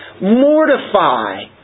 mortify